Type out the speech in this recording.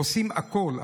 עושים הכול,